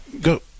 Go